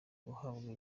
guhabwa